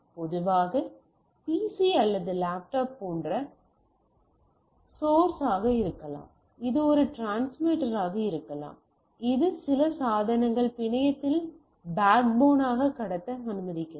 பொதுவாக PC அல்லது laptop போன்ற சோர்ஷாக இருக்கலாம் இது ஒரு டிரான்ஸ்மிட்டராக இருக்கலாம் இது சில சாதனங்கள் பிணையத்தின் பேக்போனாக கடத்த அனுமதிக்கிறது